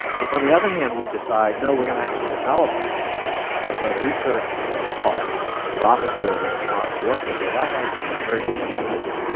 if, on the other hand, we decide, no, we are going to actually develop it as a research park with office buildings and lots of workers, well, that has a very different value.